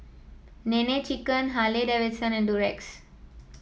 Nene Chicken Harley Davidson and Durex